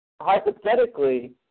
hypothetically